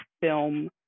film